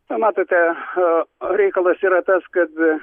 na matote reikalas yra tas kad